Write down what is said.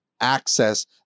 Access